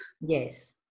Yes